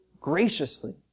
graciously